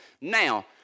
Now